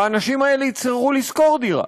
והאנשים האלה יצטרכו לשכור דירה.